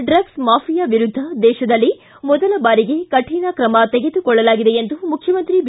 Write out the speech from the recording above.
drugs mafia ವಿರುದ್ದ ದೇತದಲ್ಲಿ ಮೊದಲ ಬಾರಿಗೆ ಕಠಿಣ ಕ್ರಮ ತೆಗೆದುಕೊಳ್ಳಲಾಗಿದೆ ಎಂದು ಮುಖ್ಯಮಂತ್ರಿ ಬಿ